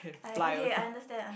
I okay I understand